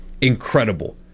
incredible